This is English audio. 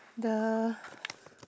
the